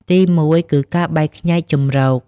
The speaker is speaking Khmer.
ទីមួយគឺ ការបែកខ្ញែកជម្រក។